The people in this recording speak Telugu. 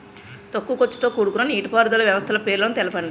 తక్కువ ఖర్చుతో కూడుకున్న నీటిపారుదల వ్యవస్థల పేర్లను తెలపండి?